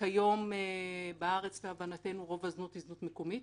להבנתנו כיום בארץ רוב הזנות היא זנות מקומית